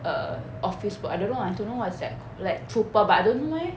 err office work but I don't know I don't know what's that called like trooper but I don't know eh